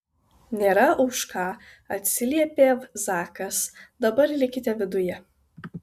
nėra už ką atsiliepė zakas dabar likite viduje